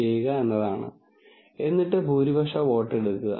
ഇതിനെയാണ് multi class problem എന്ന് വിളിക്കുന്നത്